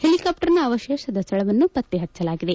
ಹೆಲಿಕಾಪ್ಲರ್ನ ಅವಶೇಷದ ಸ್ಥಳವನ್ನು ಪತ್ತೆಹಚ್ಚಲಾಗಿದೆ